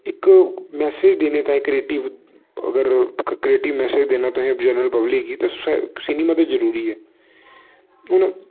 इक मैसेज देने ताईं क्रेटिव अगर क्रेटिव मैसेज देने ताईं तुसें जनरल पब्लिक गी ते सिनेमा बी जरूरी ऐ हून